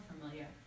familiar